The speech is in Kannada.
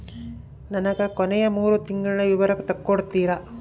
ನನಗ ಕೊನೆಯ ಮೂರು ತಿಂಗಳಿನ ವಿವರ ತಕ್ಕೊಡ್ತೇರಾ?